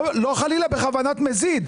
לא חלילה בכוונת מזיד.